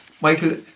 Michael